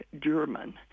German